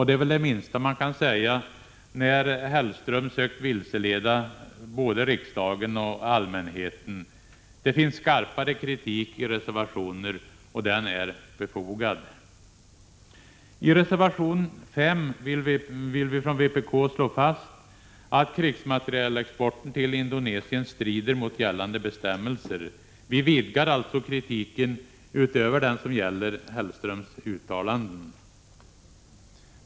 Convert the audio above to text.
Det är väl det minsta man kan säga, när Hellström sökt vilseleda både riksdagen och allmänheten. Det finns skarpare kritik i reservationer, och den är befogad. I reservation 5 vill vi från vpk slå fast att krigsmaterielexporten till Indonesien strider mot gällande bestämmelser. Vi vidgar alltså kritiken utöver den som gäller Hellströms uttalanden.